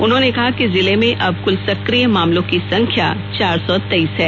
उन्होंने कहा कि जिले में अब कुल सक्रिय मामलों की संख्या चार सौ तेईस हैं